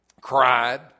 cried